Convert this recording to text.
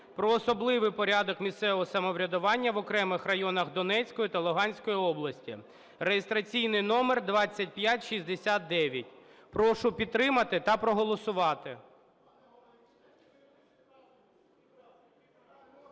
"Про особливий порядок місцевого самоврядування в окремих районах Донецької та Луганської областей" (реєстраційний номер 2569). Прошу підтримати та проголосувати.